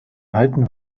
halten